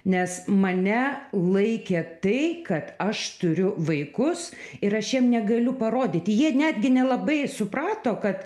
nes mane laikė tai kad aš turiu vaikus ir aš jiem negaliu parodyti jie netgi nelabai suprato kad